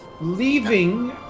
Leaving